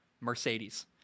Mercedes